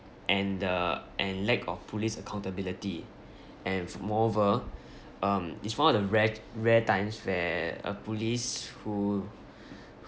and uh and lack of police accountability and f~ moreover um it's one of the rare rare times where a police who